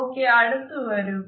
okay അടുത്ത് വരൂ